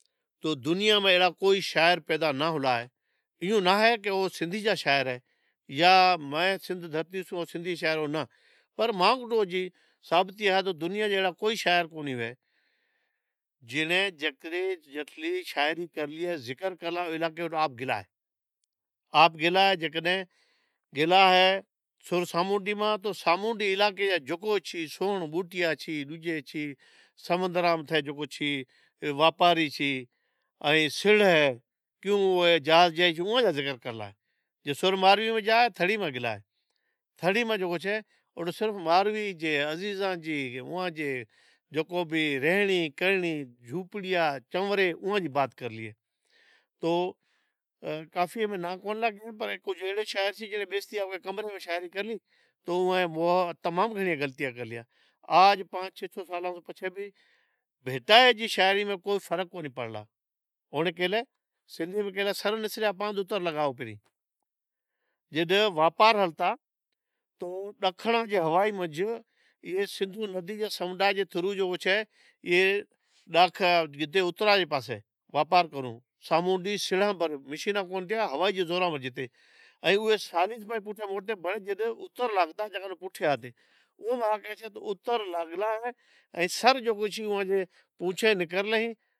تو دنیا میں اہڑا کوئی شاعر ناں پودا ہوئیلا ایں اہو ناں اہے کہ او سندھی جا شاعر اہیں یا میں سندھ دھرتی چھو ثابتی اہے کہ دنیا جا اہڑا کوئی شاعر کنیں ہوئیں جنیں جیتری جعتری شاعری کرلی اے زکر کرلا ایں اوئے علاقے میں آپ گئیلا ایں آپ گئیلاں ایں جیکڈنہں گئیلا اہیں۔ "سر سامونڈی "ماں تو سامونڈی علائقے ماں جکو چیز بوٹیاں چھی بیجیں چھی سمندراں متھے جکو چھی واپاری چھی ائیں سڑہ اے کیوں کو اے جہاز اے اوں جا ذکر کرلا اے، "سر مارئی" میں جائے تھڑی میں گلائے تھڑی میں جکو چھے سر مارئی جے عزیزاں جی اوئاں جی جکو بھی رہنڑی کہنڑی جھوپڑیا چوئنرے اوئاں جی بات کرلی ھے۔ تو کافی امیں نام کون لیاں گین پر کجھ اہڑے شاعر سی جکے نیں بیستے اوئے مرے میں شاعری کرلی۔ تو اوئاں تمام گھنڑیاں غلطیاں کرلیاں آج پانج چھے سو سالاں پچھے بھی بھٹائٹائی جی شاعری میں کوئی فرق کونہی پڑلا او کہے لے سندھی میں کہہ لے سر نسریا پاند اتر لگا آئو پریں جڈ واپار ہلتا تو ڈکھنڑاں جی ہوائیں منجھ ایئے سندھو ندی ائیں سمندران جے تھرو جکو چھے اے اتر واڑے پاسے واپار کرو سامونڈی سنڑیہہ بھر اتر لاگتا جکاں ناں پٹھیا ڈنیں او کہیسے اتر لاگلا ھے۔ ائیں اوی ھوا جی زورا پر پوٹھے جتی۔ ائین سالی س پوٹھی موٹتے ۔ سر جکو اہیں اوئے ریں پوچھیں نکرلے اہیں۔